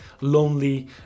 lonely